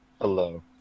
Hello